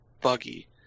buggy